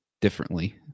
differently